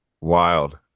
wild